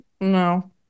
no